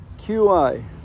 QI